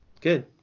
Good